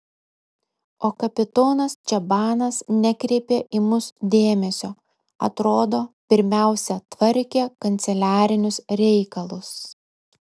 o kapitonas čabanas nekreipė į mus dėmesio atrodo pirmiausia tvarkė kanceliarinius reikalus